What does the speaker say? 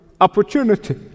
opportunity